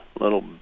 little